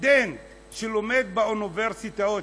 סטודנט שלומד באוניברסיטאות,